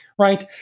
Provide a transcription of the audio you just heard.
Right